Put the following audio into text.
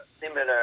similar